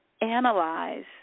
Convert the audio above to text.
analyze